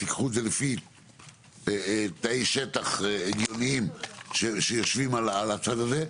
תיקחו את זה לפי תנאי שטח הגיוניים שיושבים על הצד הזה.